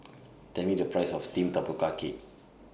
Tell Me The Price of Steamed Tapioca Cake